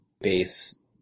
base